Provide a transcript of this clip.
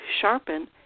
sharpen